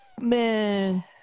Man